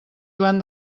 joan